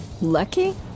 Lucky